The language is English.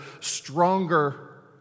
stronger